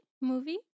movie